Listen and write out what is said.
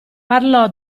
parlò